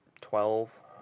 Twelve